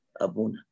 Abuna